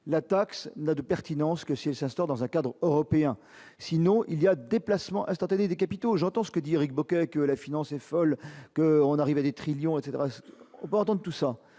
la taxe n'a de pertinence que si elle s'instaure dans un cadre européen, sinon il y a des placements instantanée des capitaux, j'entends ce que dit Éric Bocquet que la finance est folle que on arrive à des trillions etc Bordeaux tout ça